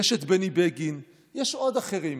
יש את בני בגין, יש עוד אחרים.